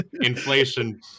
Inflation